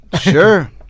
Sure